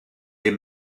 est